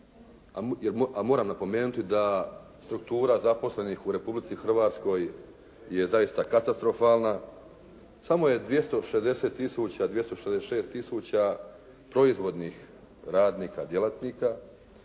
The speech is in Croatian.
moram napomenuti da struktura zaposlenih u Republici Hrvatskoj je zaista katastrofalna. Samo je 260000, 266000 proizvodnih radnika, djelatnika.